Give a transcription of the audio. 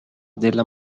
della